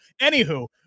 anywho